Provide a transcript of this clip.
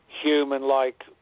human-like